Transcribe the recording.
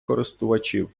користувачів